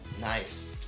Nice